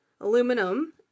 aluminum